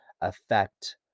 affect